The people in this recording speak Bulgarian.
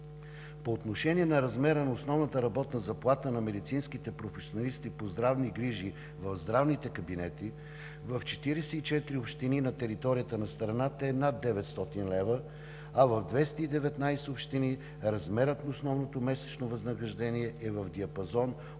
По отношение на размера на основната работна заплата на медицинските професионалисти по здравни грижи в здравните кабинети в 44 общини на територията на страната е над 900 лв., а в 219 общини размерът на основното месечно възнаграждение е в диапазон от